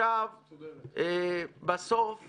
אני פשוט